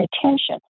attention